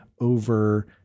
Over